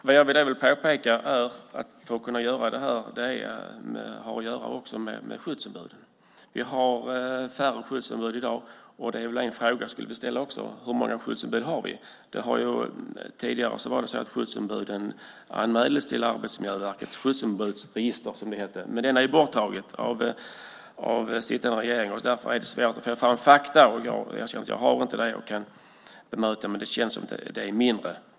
Möjligheterna att göra något här har också att göra med skyddsombuden. Skyddsombuden är i dag färre. Hur många skyddsombud finns det i dag? Tidigare anmäldes skyddsombuden till Arbetsmiljöverkets skyddsombudsregister, som det hette. Men det har ju sittande regering borttagit. Därför är det svårt att få fram fakta. Jag erkänner att jag inte har fakta så att jag kan bemöta argumenten. Men det känns som att det numera är färre skyddsombud.